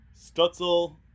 stutzel